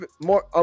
more